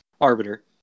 Arbiter